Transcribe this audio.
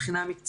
אין כמוך.